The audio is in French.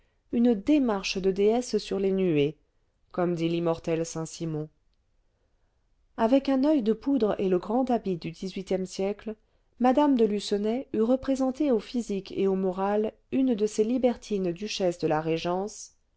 une démarche de déesse sur les nuées comme dit l'immortel saint-simon avec un oeil de poudre et le grand habit du xviiie siècle mme de lucenay eût représenté au physique et au moral une de ces libertines duchesses de la régence